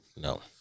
no